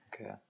Okay